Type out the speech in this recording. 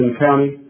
County